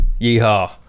Yeehaw